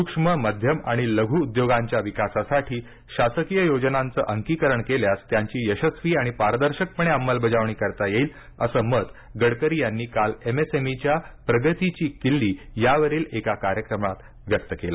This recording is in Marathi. स्क्ष्म मध्यम आणि लघु उद्योगांच्या विकासासाठी शासकीय योजनांचं अंकीकरण केल्यास त्यांची यशस्वी आणि पारदर्शकपणे अमलबजावणी करता येईल असं मत गडकरी यांनी काल एमएसएमईच्या प्रगतीची किल्ली यावरील एका कार्यक्रमात व्यक्त केलं